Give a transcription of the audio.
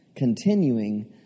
continuing